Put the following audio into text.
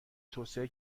توسعه